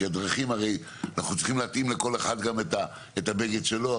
כי אנחנו צריכים להתאים לכל אחד את הבגד שלו,